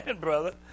brother